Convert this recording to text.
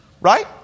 Right